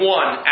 one